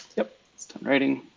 yep, it's done writing.